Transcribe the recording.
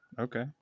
Okay